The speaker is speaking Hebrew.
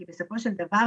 כי בסופו של דבר,